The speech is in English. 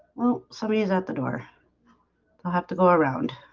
well, somebody's at the door i'll have to go around